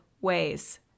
ways